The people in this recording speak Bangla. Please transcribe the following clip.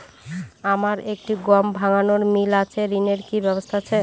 আমার একটি গম ভাঙানোর মিল আছে ঋণের কি ব্যবস্থা আছে?